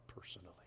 personally